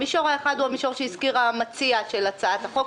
המישור האחד הוא המישור שהזכיר המציע של הצעת החוק,